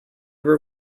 were